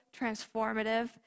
transformative